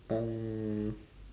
um